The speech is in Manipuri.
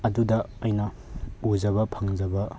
ꯑꯗꯨꯗ ꯑꯩꯅ ꯎꯖꯕ ꯐꯪꯖꯕ